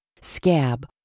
scab